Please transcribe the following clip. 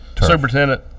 superintendent